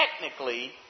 technically